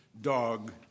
dog